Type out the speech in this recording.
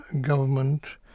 government